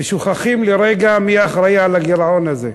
ושוכחים לרגע מי אחראי לגירעון הזה.